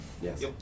Yes